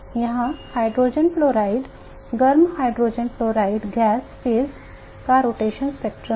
यहाँ hydrogen fluoride गर्म hydrogen fluoride gas phase अणु का रोटेशनल स्पेक्ट्रम है